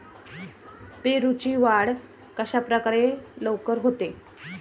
पेरूची वाढ कशाप्रकारे लवकर होते?